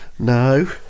no